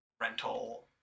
rental